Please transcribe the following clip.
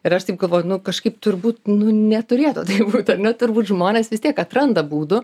ir aš taip galvoju nu kažkaip turbūt nu neturėtų taip būt ar ne turbūt žmonės vis tiek atranda būdų